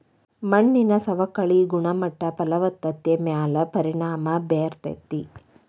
ಮಣ್ಣಿನ ಸವಕಳಿ ಗುಣಮಟ್ಟ ಫಲವತ್ತತೆ ಮ್ಯಾಲ ಪರಿಣಾಮಾ ಬೇರತತಿ